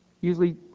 usually